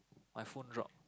my phone drop